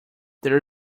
there